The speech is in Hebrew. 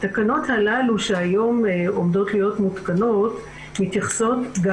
התיקון שאנחנו מציעות הוא תיקון שקובע